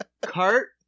cart